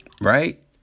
right